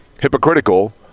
hypocritical